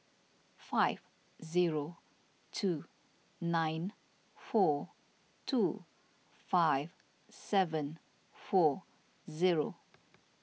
five zero two nine four two five seven four zero